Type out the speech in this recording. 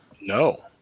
No